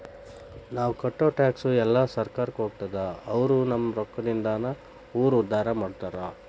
ನಾವ್ ಕಟ್ಟೋ ಟ್ಯಾಕ್ಸ್ ಎಲ್ಲಾ ಸರ್ಕಾರಕ್ಕ ಹೋಗ್ತದ ಅವ್ರು ನಮ್ ರೊಕ್ಕದಿಂದಾನ ಊರ್ ಉದ್ದಾರ ಮಾಡ್ತಾರಾ